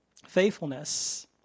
Faithfulness